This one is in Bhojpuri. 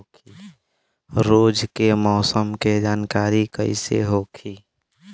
रोज के मौसम के जानकारी कइसे होखि?